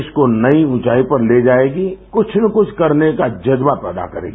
देश को नई ऊँचाई पर ले जाएगी कुछ न कुछ करने का जज्बा पैदा करेगी